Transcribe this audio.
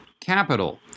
Capital